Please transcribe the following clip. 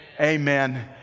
amen